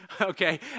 okay